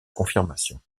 confirmation